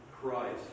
Christ